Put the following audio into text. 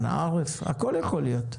הכול יכול להיות.